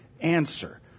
answer